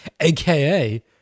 AKA